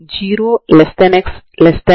దీన్ని ఇప్పటివరకు మనం చూడలేదు